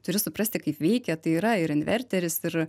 turi suprasti kaip veikia tai yra ir inverteris ir